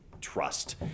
trust